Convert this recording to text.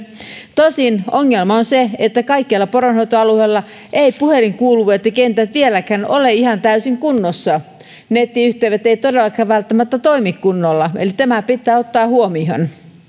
tosin ongelma on se että kaikkialla poronhoitoalueella ei puhelin kuulu että kentät eivät vieläkään ole ihan täysin kunnossa ja nettiyhteydet eivät todellakaan välttämättä toimi kunnolla eli tämä pitää ottaa huomioon